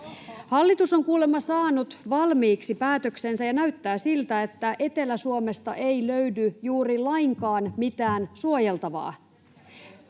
Hallitus on kuulemma saanut valmiiksi päätöksensä, ja näyttää siltä, että Etelä-Suomesta ei löydy juuri lainkaan mitään suojeltavaa.